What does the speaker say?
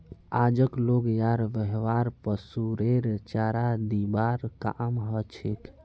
आजक लोग यार व्यवहार पशुरेर चारा दिबार काम हछेक